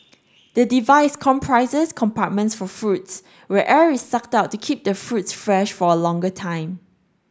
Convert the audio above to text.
the device comprises compartments for fruits where air is sucked out to keep the fruits fresh for a longer time